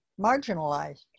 marginalized